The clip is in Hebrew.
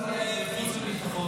חוץ וביטחון.